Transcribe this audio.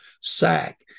Sack